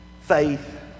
faith